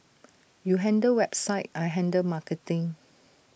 you handle website I handle marketing